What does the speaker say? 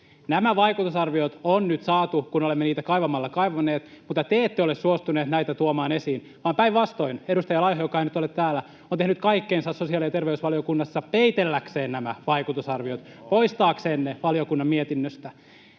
Nämä vaikutusarviot on nyt saatu, kun olemme niitä kaivamalla kaivaneet, mutta te ette ole suostuneet näitä tuomaan esiin, vaan päinvastoin, edustaja Laiho, joka ei nyt ole täällä, on tehnyt kaikkensa sosiaali- ja terveysvaliokunnassa peitelläkseen nämä vaikutusarviot, poistaakseen ne valiokunnan mietinnöstä.